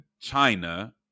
China